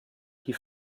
die